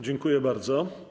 Dziękuję bardzo.